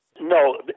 No